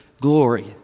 glory